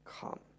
come